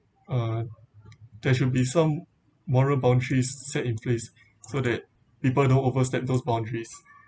uh there should be some moral boundaries set in place so that people don't overstep those boundaries